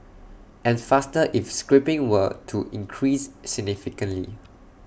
and faster if scrapping were to increase significantly